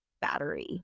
battery